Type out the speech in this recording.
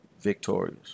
victorious